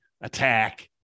attack